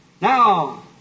Now